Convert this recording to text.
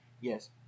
Yes